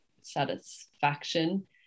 satisfaction